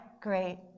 great